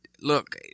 Look